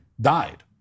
died